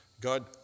God